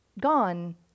gone